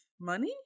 money